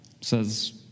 says